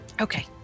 Okay